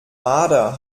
marder